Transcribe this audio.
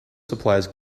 supplies